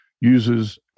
uses